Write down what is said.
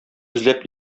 эзләп